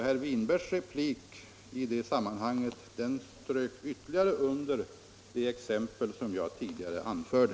Herr Winbergs replik strök därför ytterligare under det exempel som jag tidigare anförde.